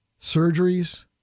surgeries